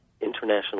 International